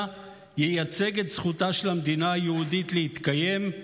ייצג את זכותה של המדינה היהודית להתקיים?